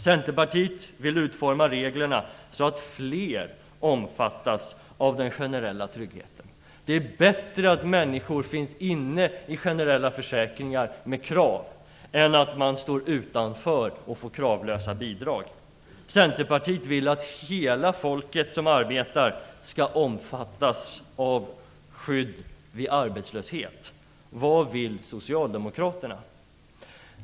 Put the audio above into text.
Centerpartiet vill utforma reglerna så att fler omfattas av den generella tryggheten. Det är bättre att människor finns inne i generella försäkringar med krav än att de står utanför och får kravlösa bidrag. Centerpartiet vill att hela folket som arbetar skall omfattas av skydd vid arbetslöshet. Vad vill Socialdemokraterna?